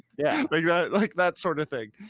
yeah but yeah like that sort of thing.